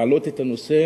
להעלות את הנושא